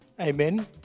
Amen